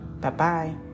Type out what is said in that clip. Bye-bye